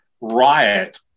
riot